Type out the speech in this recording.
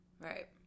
Right